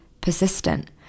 persistent